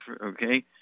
okay